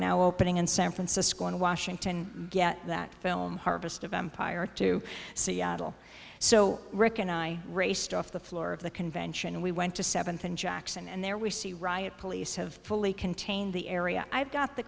now opening in san francisco and washington get that film harvest of empire to seattle so rick and i raced off the floor of the convention we went to seventh in jackson and there we see riot police have fully contained the area i've got the